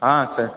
हाँ सर